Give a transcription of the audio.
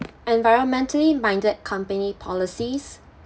environmentally minded company policies